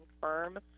firm